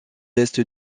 est